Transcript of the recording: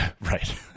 right